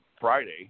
Friday –